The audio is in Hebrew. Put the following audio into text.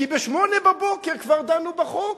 כי ב-08:00 כבר דנו בחוק.